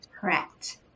Correct